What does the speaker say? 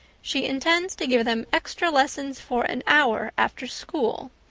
she intends to give them extra lessons for an hour after school.